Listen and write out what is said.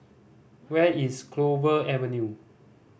where is Clover Avenue